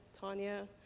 Tanya